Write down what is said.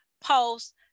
post